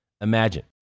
imagine